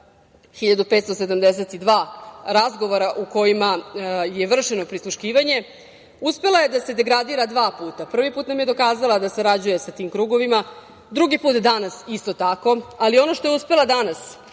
1.572 razgovora u kojima je vršeno prisluškivanje, uspela je da se degradira dva puta. Prvi put nam je dokazala da sarađuje sa tim krugovima. Drugi put danas isto tako, ali ono što je uspela danas